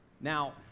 Now